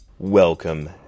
Welcome